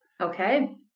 Okay